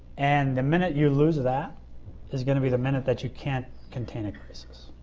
and the minute you lose that is going to be the minute that you can't contain a crisis.